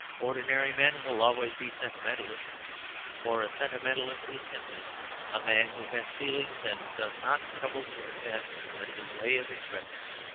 ordinary men will always be sentimentalists for a sentimentalist is simply a man who has feelings and does not trouble to invent a new way of expressing them.